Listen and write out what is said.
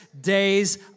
days